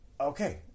Okay